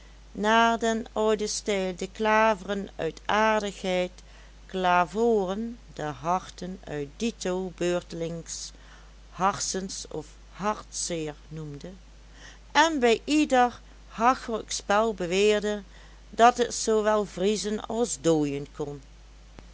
naar den ouden stijl de klaveren uit aardigheid klavooren de harten uit dito beurtelings harsens of hartzeer noemde en bij ieder hachelijk spel beweerde dat het zoowel vriezen als dooien kon